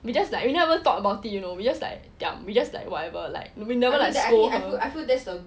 we just like we never even talked about it you know we just like diam we just like whatever like we never like scold her